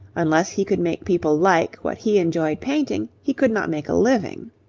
unless he could make people like what he enjoyed painting, he could not make a living.